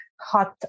hot